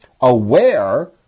aware